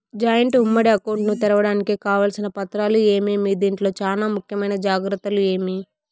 Joint ఉమ్మడి account ను తెరవడానికి కావాల్సిన పత్రాలు ఏమేమి? దీంట్లో చానా ముఖ్యమైన జాగ్రత్తలు ఏమి?